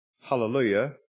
hallelujah